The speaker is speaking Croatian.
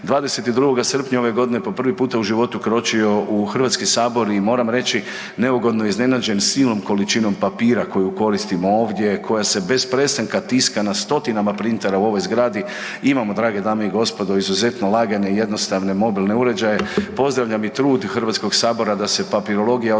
22. srpnja ove godine po prvi puta u životu kročio u Hrvatski sabor i moram reći neugodno iznenađen silnom količinom papira koju koristimo ovdje koja se bez prestanka tiska na 100-tinama printera u ovoj zgradi, imamo drage dame i gospodo izuzetno lagane i jednostavne mobilne uređaje, pozdravljam i trud Hrvatskog sabora da se papirologija odnosno